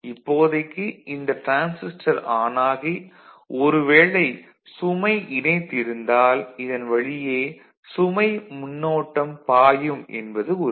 இப்போதைக்கு இந்த transistor on ஆகி ஒருவேளை சுமை இணைத்து இருந்தால் இதன் வழியே சுமை மின்னோட்டம் பாயும் என்பது உறுதி